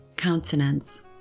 countenance